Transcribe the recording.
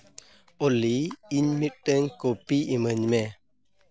ᱚᱞᱤ ᱤᱧ ᱢᱤᱫᱴᱟᱝ ᱠᱚᱯᱤ ᱤᱢᱟᱹᱧ ᱢᱮ